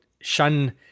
shun